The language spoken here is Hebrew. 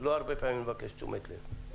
ולא הרבה פעמים אני מבקש תשומת לב.